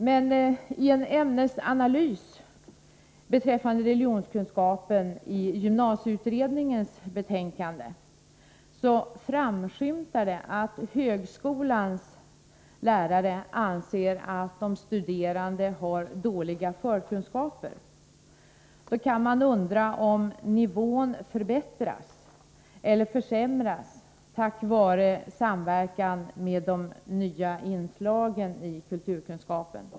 Men i en ämnesanalys beträffande religionskunskapen i gymnasieutredningens betänkande framskymtar det att högskolans lärare anser att de studerande har dåliga förkunskaper. Då kan man undra om nivån förbättras eller försämras tack vare samverkan med de nya inslagen i kulturkunskapen.